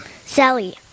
Sally